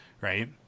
right